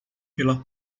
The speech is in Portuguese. pela